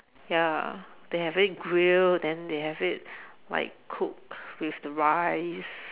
ya they have it grilled then they have it like cooked with the rice